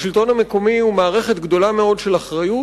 השלטון המקומי הוא מערכת גדולה מאוד של אחריות,